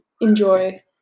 enjoy